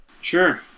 Sure